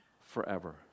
forever